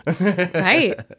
Right